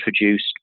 introduced